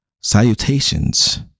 salutations